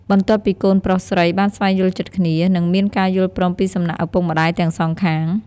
បន្ទាប់ពីកូនប្រុសស្រីបានស្វែងយល់ចិត្តគ្នា និងមានការយល់ព្រមពីសំណាក់ឪពុកម្តាយទាំងសងខាង។